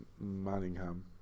Manningham